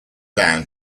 down